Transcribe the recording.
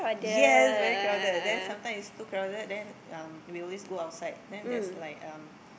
yes very crowded then sometimes it's too crowded then um we will go outside and there is like um